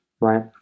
right